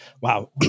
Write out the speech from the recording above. Wow